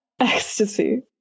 ecstasy